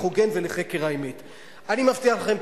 דווקא,